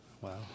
Wow